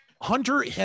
Hunter